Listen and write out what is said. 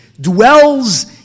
dwells